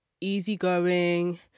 easy-going